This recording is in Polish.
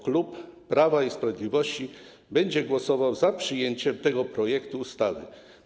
Klub Prawa i Sprawiedliwości będzie głosował za przyjęciem tego projektu ustawy.